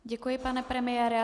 Děkuji, pane premiére.